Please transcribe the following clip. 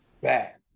back